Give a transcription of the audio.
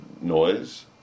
noise